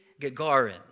Gagarin